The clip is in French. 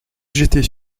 j’étais